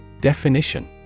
Definition